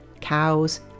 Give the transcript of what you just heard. cows